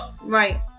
Right